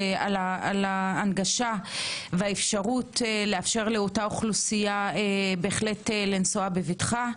על ההנגשה והאפשרות לאפשר לאותה אוכלוסייה לנסוע בבטחה,